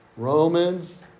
Romans